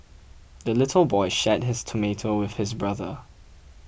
the little boy shared his tomato with his brother